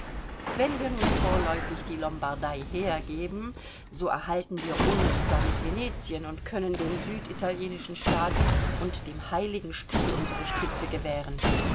wenn wir nun vorläufig die lombardei hergeben so erhalten wir uns damit venetien und können den süditalienischen staaten und dem heiligen stuhl unsere stütze gewähren